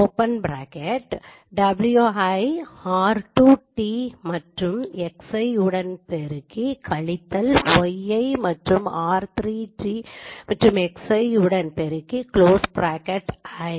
open bracket wi ஐ r2T மற்றும் Xi உடன் பெருக்கி கழித்தல் yi ஐ r3T மற்றும் Xi உடன் பெருக்கி க்ளோஸ் ப்ராக்கெட் பெருக்கல் i